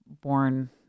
born